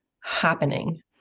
happening